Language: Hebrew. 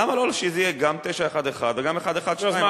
למה שלא שזה יהיה גם 911 וגם 112?